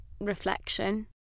reflection